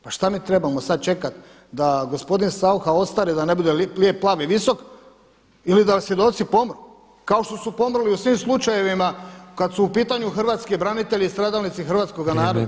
Pa šta mi trebamo sad čekat da gospodin Saucha ostari, da ne bude lijep, plav i visok ili da svjedoci pomru kao što su pomrli u svim slučajevima kad su u pitanju hrvatski branitelji i stradalnici hrvatskoga naroda